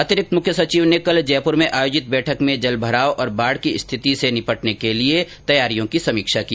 अतिरिक्त मुख्य सचिव ने कल जयपुर में आयोजित बैठक में जलभराव और बाढ़ की स्थिति से निपटने के लिए तैयारियों की समीक्षा की